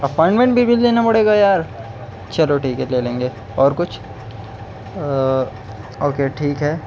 appointment بھی بھی لینا پڑے گا یار چلو ٹھیک ہے لے لیں گے اور کچھ اوکے ٹھیک ہے